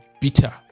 bitter